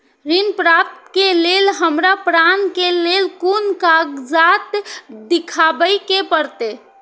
ऋण प्राप्त के लेल हमरा प्रमाण के लेल कुन कागजात दिखाबे के परते?